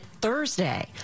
Thursday